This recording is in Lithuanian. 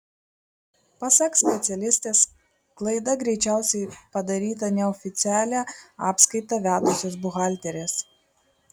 pasak specialistės klaida greičiausiai padaryta neoficialią apskaitą vedusios buhalterės